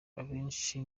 abenshi